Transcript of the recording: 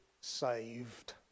saved